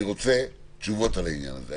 אני רוצה תשובות על העניין הזה.